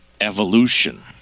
evolution